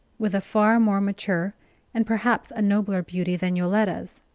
with a far more mature and perhaps a nobler beauty than yoletta's,